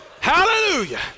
Hallelujah